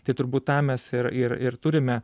tai turbūt tą mes ir ir turime